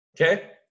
Okay